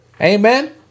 Amen